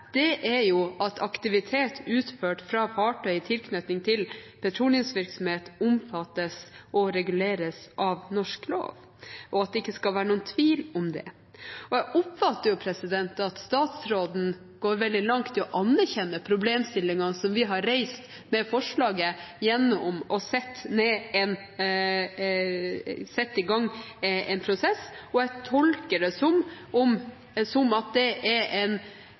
er jo at aktivitet utført fra fartøy i tilknytning til petroleumsvirksomhet omfattes og reguleres av norsk lov, og at det ikke skal være noen tvil om det. Jeg oppfatter at statsråden går veldig langt i å anerkjenne problemstillingen vi har reist med forslaget, gjennom å sette i gang en prosess, og jeg tolker det som en forståelse av at her må det faktisk gjøres endringer, her må det tas grep. Derfor er